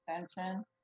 Extension